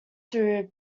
through